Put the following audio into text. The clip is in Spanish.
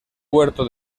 puerto